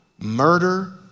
murder